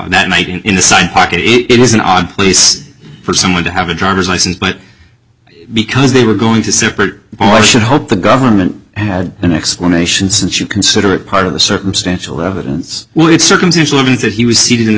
car that might in the side pocket it was an odd place for someone to have a driver's license but because they were going to separate or should hope the government had an explanation since you consider it part of the circumstantial evidence well it's circumstantial evidence that he was seated in the